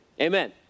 amen